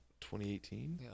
2018